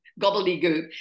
gobbledygook